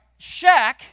Shaq